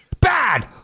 Bad